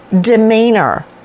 demeanor